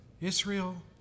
Israel